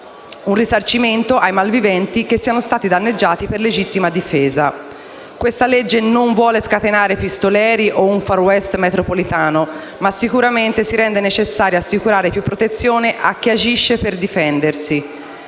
un risarcimento ai malviventi che siano stati danneggiati per legittima difesa. Questa legge non vuole scatenare pistoleri o un *far west* metropolitano; ma sicuramente si rende necessario assicurare più protezione a chi agisce per difendersi.